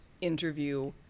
interview